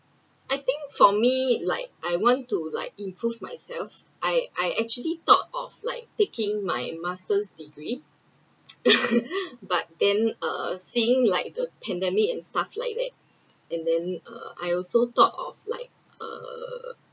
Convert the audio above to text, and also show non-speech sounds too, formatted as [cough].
I think for me like I want to like improve myself I I actually thought of like taking my masters degree [laughs] but then uh seeing like the pandemic and stuff like that and then uh I also thought of like err